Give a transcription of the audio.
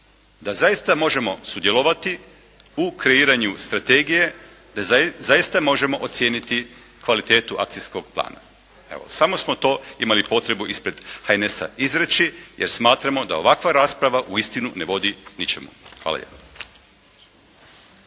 Da zaista možemo sudjelovati u kreiranju strategije. Da zaista možemo ocijeniti kvalitetu akcijskog plana. Evo, samo smo to imali potrebu ispred HNS-a izreći jer smatramo da ovakva rasprava uistinu ne vodi ničemu. Hvala lijepa.